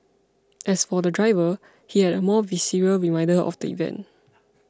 as for the driver he had a more visceral reminder of the event